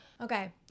Okay